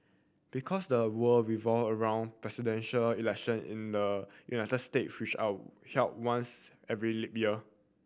because the world revolve around Presidential Election in the United State which are held once every leap year